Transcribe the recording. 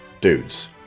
dudes